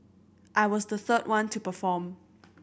I was the third one to perform